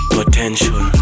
Potential